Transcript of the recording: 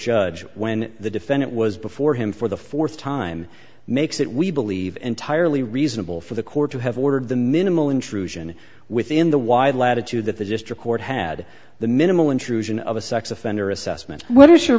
judge when the defendant was before him for the fourth time makes it we believe entirely reasonable for the court to have ordered the minimal intrusion within the wide latitude that the district court had the minimal intrusion of a sex offender assessment what is your